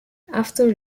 after